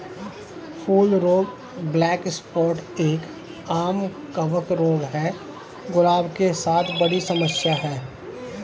फूल रोग black spot एक, आम कवक रोग है, गुलाब के साथ बड़ी समस्या है